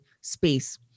space